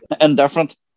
indifferent